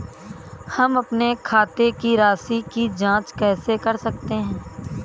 हम अपने खाते की राशि की जाँच कैसे कर सकते हैं?